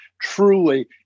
truly